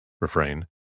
refrain